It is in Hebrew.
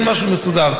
אין משהו מסודר.